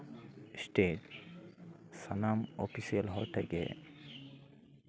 state ᱥᱟᱱᱟᱢ official ᱦᱚᱲ ᱴᱷᱮᱡ ᱜᱮ